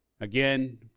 Again